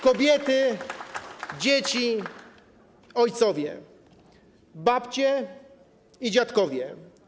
Kobiety, dzieci, ojcowie, babcie i dziadkowie.